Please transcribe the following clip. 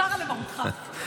סרה למרותך.